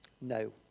No